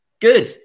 Good